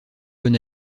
bon